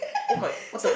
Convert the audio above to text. oh my what the